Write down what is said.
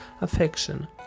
affection